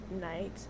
night